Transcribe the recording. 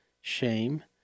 shame